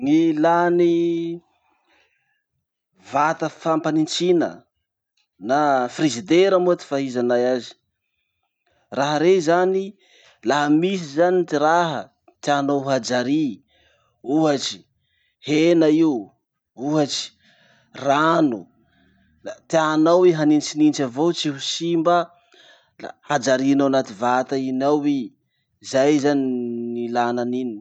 Ny ilà ny vata fampanitsina na frizidera moa ty fahaizanay azy. Raha rey zany, laha misy zany ty raha tianao ho hajary, ohatsy hena io, ohatsy rano, la tianao i hanitsinitsy avao tsy ho simba, la hajarinao anaty vata iny ao i. Zay zany ny ilana aniny.